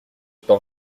pain